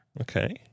Okay